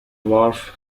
wharf